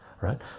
right